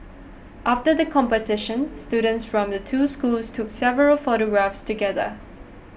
after the competition students from the two schools took several photographs together